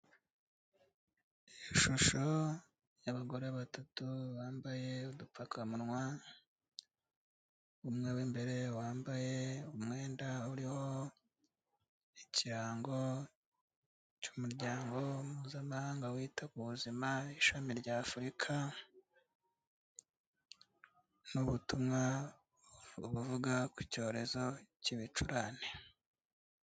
Ishusho y'abagore batatu bambaye udupfukamuwa umwe w'imbere wambaye umwenda uriho ikirango cy'umuryango mpuzamahanga wita ku buzima ishami ry'Afurika n'ubutumwa buvuga ku cyorezo cy'ibicurane.